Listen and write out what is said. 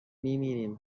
میمیریم